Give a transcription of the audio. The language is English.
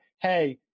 hey